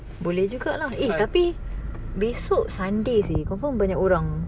boleh juga lah eh tapi esok sunday seh confirm banyak orang